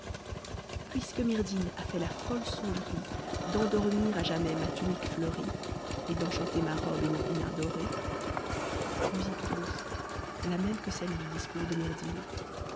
puisque myrdhinn a fait la folle songerie d'endormir à jamais ma tunique fleurie et d'enchanter ma robe et mon hennin doré mtmt mf m la m w que du discours